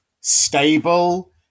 stable